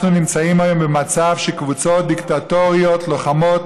אנחנו נמצאים היום במצב שקבוצות דיקטטוריות נלחמות